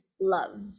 love